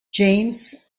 james